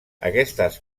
aquestes